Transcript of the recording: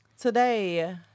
today